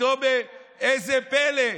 פתאום איזה פלא,